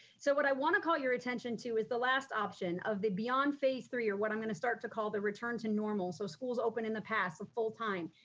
so what i wanna call your attention to is the last option of the beyond phase three, or what i'm gonna start to call the return to normal. so schools opened in the past for full time,